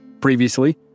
Previously